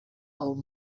old